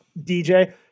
DJ